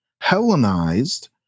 Hellenized